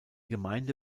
gemeinde